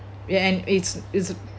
ya and it's it's